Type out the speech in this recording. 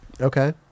Okay